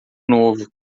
novo